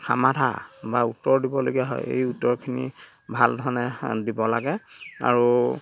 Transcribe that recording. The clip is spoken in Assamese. সমাধান বা উত্তৰ দিবলগীয়া হয় সেই উত্তৰখিনি ভাল ধৰণে দিব লাগে আৰু